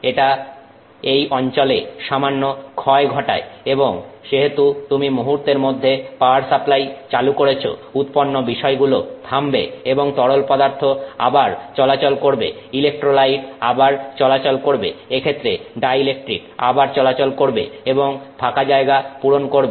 এটা এই অঞ্চলে সামান্য ক্ষয় ঘটায় এবং যেহেতু তুমি মুহূর্তের মধ্যে পাওয়ার সাপ্লাই চালু করেছ উৎপন্ন বিষয়গুলো থামবে এবং তরল পদার্থ আবার চলাচল করবে ইলেক্ট্রোলাইট আবার চলাচল করবে এক্ষেত্রে ডাই ইলেকট্রিক আবার চলাচল করবে এবং ফাঁকা জায়গা পূরণ করবে